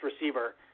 receiver